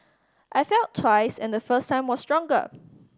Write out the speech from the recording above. I felt twice and the first was stronger